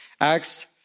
Acts